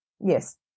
Yes